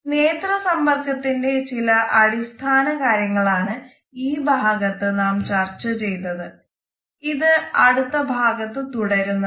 നേത്ര സമ്പർക്കത്തിന്റെ ചില അടിസ്ഥാന കാര്യങ്ങളാണ് ഈ ഭാഗത്ത് നാം ചർച്ച ചെയ്തത് ഇത് അടുത്ത ഭാഗത്ത് തുടരുന്നതാണ്